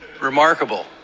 Remarkable